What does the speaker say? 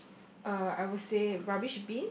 uh I would say rubbish bin